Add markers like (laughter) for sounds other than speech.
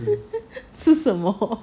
(laughs) 吃什么